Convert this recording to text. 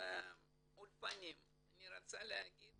לגבי האולפנים, אני רוצה להגיד